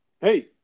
hey